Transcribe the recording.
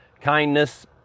kindness